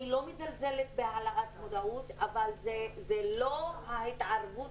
אני לא מזלזלת בהעלאת מודעות אבל זה לא ההתערבות